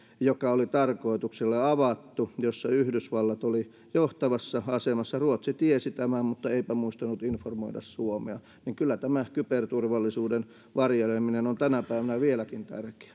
joka oli tarkoituksella avattu ja jossa yhdysvallat oli johtavassa asemassa niin ruotsi tiesi tämän mutta eipä muistanut informoida suomea kyllä tämä kyberturvallisuuden varjeleminen on tänä päivänä vieläkin tärkeämpää